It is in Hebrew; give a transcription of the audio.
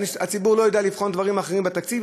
הציבור לא יודע לבחון דברים אחרים בתקציב,